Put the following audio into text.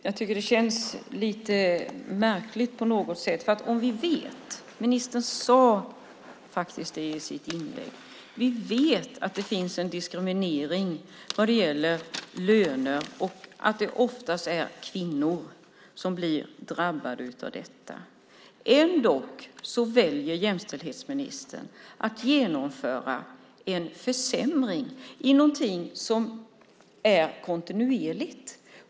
Fru talman! Det här känns lite märkligt. Ministern sade i sitt inlägg att vi vet att det finns en diskriminering vad gäller löner och att det oftast är kvinnor som blir drabbade. Ändock väljer jämställdhetsministern att genomföra en försämring i någonting som är kontinuerligt.